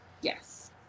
yes